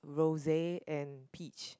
rose and peach